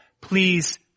Please